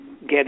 get